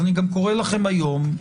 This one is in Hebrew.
אני גם קורא לכם היום,